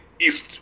east